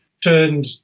Turned